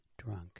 Drunk